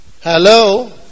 Hello